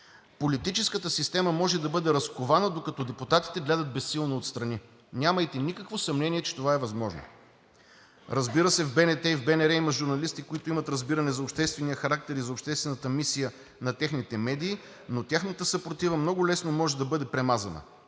Политическата система може да бъде разкована, докато депутатите гледат безсилно отстрани. Нямайте никакво съмнение, че това е възможно. Разбира се, в БНТ и в БНР има журналисти, които имат разбиране за обществения характер и за обществената мисия на техните медии, но тяхната съпротива много лесно може да бъде премазана.